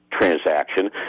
transaction